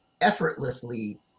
effortlessly